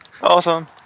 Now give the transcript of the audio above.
Awesome